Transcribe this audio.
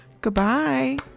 Goodbye